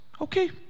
Okay